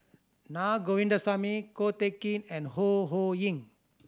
Naa Govindasamy Ko Teck Kin and Ho Ho Ying